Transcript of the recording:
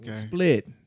split